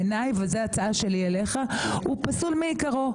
בעיניי פסול מעיקרו.